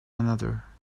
another